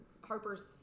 Harper's